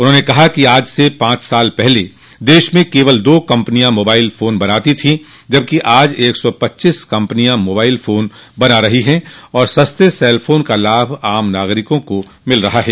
उन्होंने कहा कि आज से पांच साल पहले देश में केवल दो कम्पनियां मोबाइल फोन बनाती थी जबकि आज एक सौ पच्चीस कम्पनियां मोबाइल फोन बना रही ह और सस्ते सेलफोन का लाभ आम नागरिकों को मिल रहा है